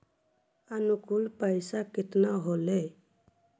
अनुकुल पैसा केतना होलय